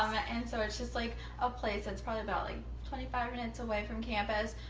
um and so it's just like a place that's probably about like twenty five minutes away from campus.